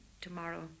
tomorrow